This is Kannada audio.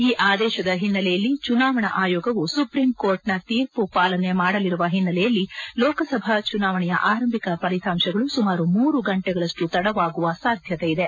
ಈ ಆದೇಶದ ಹಿನ್ನೆಲೆಯಲ್ಲಿ ಚುನಾವಣಾ ಆಯೋಗವು ಸುಪ್ರೀಂ ಕೋರ್ಟ್ನ ತೀರ್ಪು ಪಾಲನೆ ಮಾಡಲಿರುವ ಹಿನ್ನೆಲೆಯಲ್ಲಿ ಲೋಕಸಭಾ ಚುನಾವಣೆಯ ಆರಂಭಿಕ ಫಲಿತಾಂಶಗಳು ಸುಮಾರು ಮೂರು ಗಂಟೆಗಳಷ್ಟು ತಡವಾಗುವ ಸಾಧ್ಯತೆ ಇದೆ